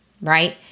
right